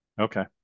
Okay